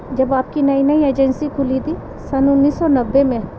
جب آپ کی نئی نئی ایجنسی کھلی تھی سن انیس سو نوے میں